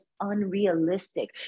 unrealistic